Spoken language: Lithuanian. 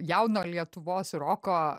jauno lietuvos roko